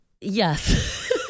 Yes